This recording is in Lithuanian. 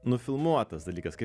nufilmuotas dalykas kaip